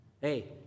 Hey